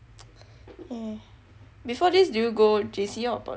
mm before this do you go J_C or poly